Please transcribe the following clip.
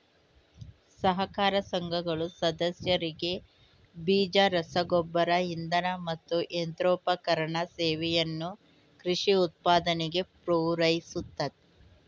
ಸಹಕಾರ ಸಂಘಗಳು ಸದಸ್ಯರಿಗೆ ಬೀಜ ರಸಗೊಬ್ಬರ ಇಂಧನ ಮತ್ತು ಯಂತ್ರೋಪಕರಣ ಸೇವೆಯನ್ನು ಕೃಷಿ ಉತ್ಪಾದನೆಗೆ ಪೂರೈಸುತ್ತೆ